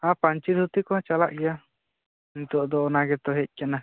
ᱯᱟᱹᱧᱪᱤ ᱫᱷᱩᱛᱤ ᱠᱚᱦᱚᱸ ᱪᱟᱞᱟᱜ ᱜᱮᱭᱟ ᱱᱤᱛᱳᱜ ᱫᱚ ᱚᱱᱟ ᱜᱮᱛᱚ ᱦᱮᱡ ᱠᱟᱱᱟ